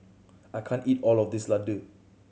I can't eat all of this Ladoo